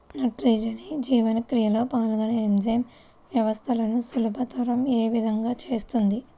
నత్రజని జీవక్రియలో పాల్గొనే ఎంజైమ్ వ్యవస్థలను సులభతరం ఏ విధముగా చేస్తుంది?